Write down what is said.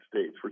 States